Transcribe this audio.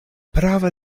prava